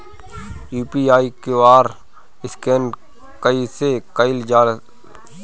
UPI QR scan कइसे कईल जा ला?